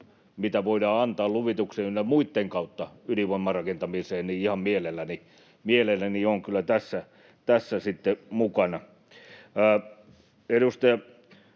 mitä voidaan antaa luvituksen ynnä muitten kautta ydinvoimarakentamiseen, ihan mielelläni olen kyllä sitten mukana. [Kai